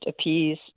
appease